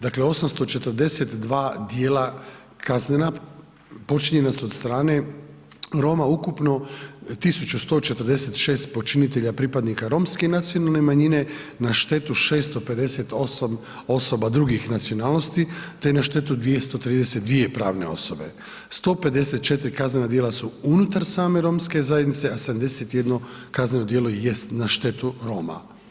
Dakle, 842 dijela kaznena počinjena su od strane Roma, ukupno 1146 počinitelja pripadnika romske nacionalne manjine na štetu 658 osoba drugih nacionalnosti, te na štetu 232 pravne osobe, 154 kaznena djela su unutar same romske zajednice, a 71 kazneno djelo jest na štetu Roma.